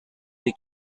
des